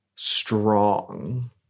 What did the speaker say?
Strong